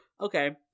Okay